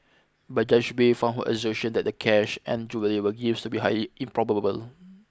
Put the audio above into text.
but Judge Bay found her assertion that the cash and jewellery were used to be high improbable